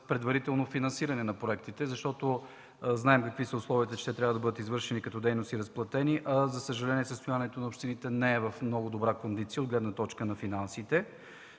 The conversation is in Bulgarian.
предварително финансиране на проектите, защото знаем какви са условията – че те трябва да бъдат извършени като дейности и разплатени, а за съжаление, състоянието на общините не е в много добра кондиция от гледна точка на финансите?